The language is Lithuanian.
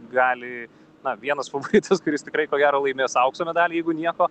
gali na vienas favoritas kuris tikrai ko gero laimės aukso medalį jeigu nieko